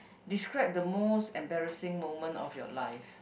describe the most embarrassing moment of your life